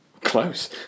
Close